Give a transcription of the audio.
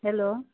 hello